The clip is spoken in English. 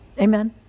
Amen